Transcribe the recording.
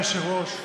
אדוני היושב-ראש.